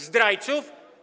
Zdrajców?